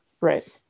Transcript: Right